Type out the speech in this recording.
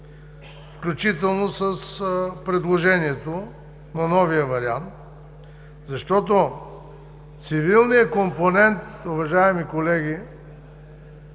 включително с предложението на новия вариант, защото цивилният компонент, уважаеми колеги,